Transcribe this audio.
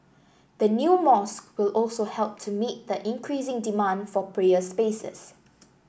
the new mosque will also help to meet the increasing demand for prayer spaces